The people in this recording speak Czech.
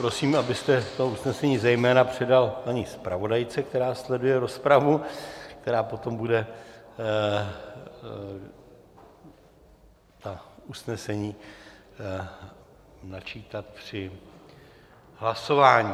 Prosím, abyste to usnesení zejména předal paní zpravodajce, která sleduje rozpravu, která potom bude ta usnesení načítat při hlasování.